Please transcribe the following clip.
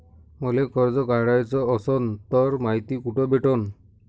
मले कर्ज काढाच असनं तर मायती कुठ भेटनं?